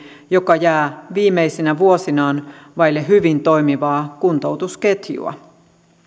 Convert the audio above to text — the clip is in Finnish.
joka jää viimeisinä vuosinaan vaille hyvin toimivaa kuntoutusketjua